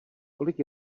kolik